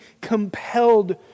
compelled